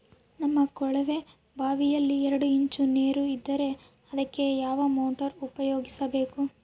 ನಮ್ಮ ಕೊಳವೆಬಾವಿಯಲ್ಲಿ ಎರಡು ಇಂಚು ನೇರು ಇದ್ದರೆ ಅದಕ್ಕೆ ಯಾವ ಮೋಟಾರ್ ಉಪಯೋಗಿಸಬೇಕು?